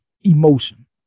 emotion